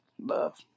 love